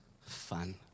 fun